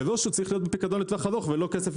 מראש הוא צריך להיות בפיקדון לטווח ארוך ולא שכסף